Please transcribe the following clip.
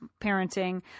parenting